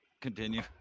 Continue